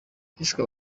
hishwe